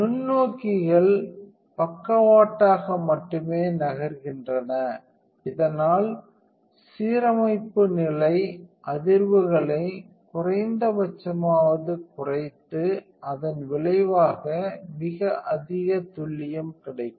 நுண்ணோக்கிகள் பக்கவாட்டாக மட்டுமே நகர்கின்றன இதனால் சீரமைப்பு நிலை அதிர்வுகளை குறைந்தபட்சமாக குறைத்து அதன் விளைவாக மிக அதிக துல்லியம் கிடைக்கும்